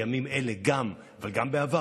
גם בימים אלה אבל גם בעבר,